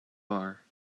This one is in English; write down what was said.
are